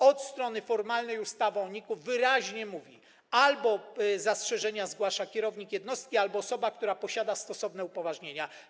Od strony formalnej ustawa o NIK-u wyraźnie mówi: zastrzeżenia zgłasza albo kierownik jednostki, albo osoba, która posiada stosowne upoważnienia.